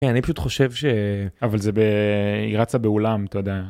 אני פשוט חושב ש... אבל זה ב... היא רצה באולם, אתה יודע.